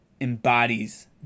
embodies